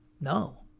No